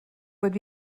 would